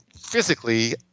physically